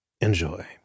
Enjoy